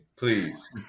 please